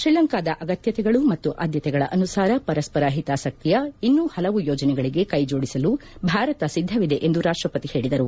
ತ್ರೀಲಂಕಾದ ಅಗತ್ಯಗಳು ಮತ್ತು ಆದ್ಯತೆಗಳ ಅನುಸಾರ ಪರಸ್ಪರ ಹಿತಾಸಕ್ತಿಯ ಇನ್ನೂ ಪಲವು ಯೋಜನೆಗಳಿಗೆ ಕೈಜೋಡಿಸಲು ಭಾರತ ಸಿದ್ಧವಿದೆ ಎಂದು ರಾಷತಪ ಹೇಳಿದರು